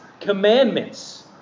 commandments